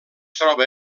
troba